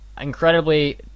incredibly